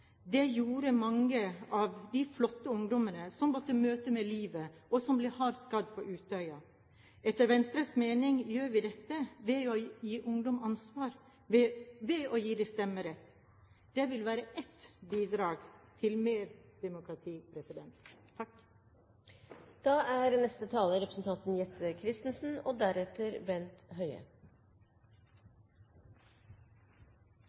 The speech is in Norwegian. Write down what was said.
Det gjorde mange av de flotte ungdommene som måtte bøte med livet, og som ble hardt skadd på Utøya. Etter Venstres mening gjør vi dette ved å gi ungdom ansvar ved å gi dem stemmerett. Det vil være ett bidrag til mer demokrati.